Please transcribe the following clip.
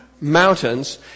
mountains